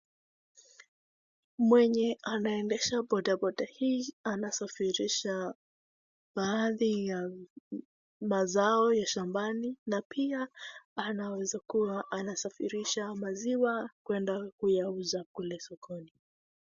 Mwenye anaendesha boda boda hii anasairisha baadhi ya mazao ya shambani na pia anaweza kuwa anasafirisha maziwa kuenda kuyauza kule sokoni.